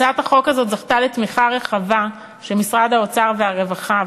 הצעת החוק הזאת זכתה לתמיכה רחבה של משרד האוצר ומשרד הרווחה,